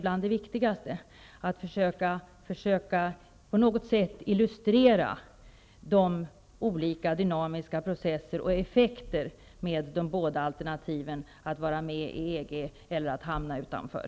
Bland det viktigaste tror jag är att försöka att på något sätt illustrera just de olika processerna och effekterna av de båda alternativen -- att vara med i EG och att hamna utanför.